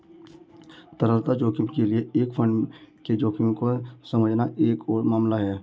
तरलता जोखिम के लिए एक फंड के जोखिम को समझना एक और मामला है